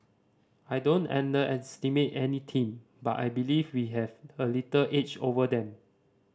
I don't underestimate any team but I believe we have a little edge over them